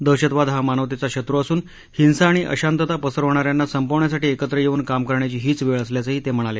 दहशतवाद हा मानवतेचा शत्रु असून हिंसा आणि अशांतता पसरवणाऱ्यांना संपवण्यासाठी एकत्र येऊन काम करण्याची हीच वेळ असल्याचंही ते म्हणाले